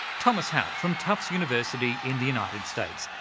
thomas hout, from tufts university in the united states,